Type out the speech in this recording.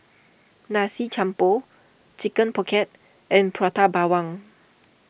Nasi Campur Chicken Pocket and Prata Bawang